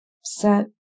set